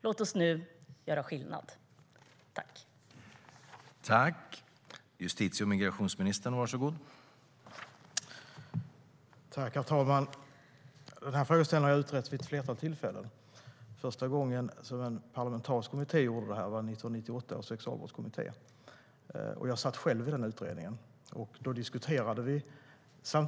Låt oss nu göra skillnad!